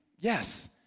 yes